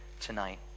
tonight